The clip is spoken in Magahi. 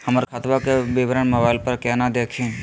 हमर खतवा के विवरण मोबाईल पर केना देखिन?